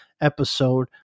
episode